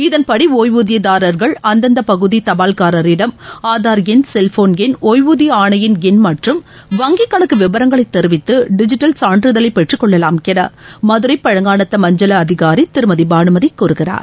இதன்படி ஒய்வூதியதாரர்கள் அந்தந்த பகுதி தபால்காரரிடம் ஆதார் என் செல்போன் என் ஒய்வூதிய ஆணையின் என் மற்றும் வங்கி கணக்கு விவரங்களை தெரிவித்து டிஜிட்டல் சான்றிதழை பெற்றுக் கொள்ளலாம் என மதுரை பழங்காநத்தம் அஞ்சலக அதிகாரி திருமதி பானுமதி கூறுகிறார்